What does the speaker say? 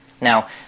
Now